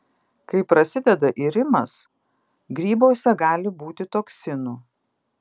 kai prasideda irimas grybuose gali būti toksinų